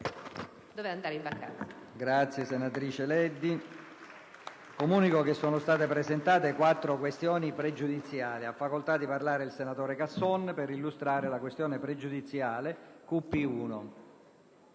una nuova finestra"). Comunico che sono state presentate quattro questioni pregiudiziali. Ha chiesto di intervenire il senatore Casson per illustrare la questione pregiudiziale QP1.